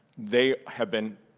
they have been